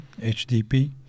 HDP